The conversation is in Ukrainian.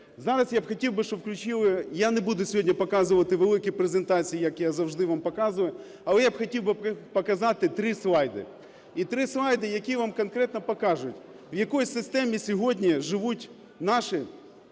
Зараз я б хотів би, щоб включили, я не буду сьогодні показувати великі презентації, як я завжди вам показую, але я б хотів би показати три слайди. І три слайди, які вам конкретно покажуть, в якій системі сьогодні живуть наші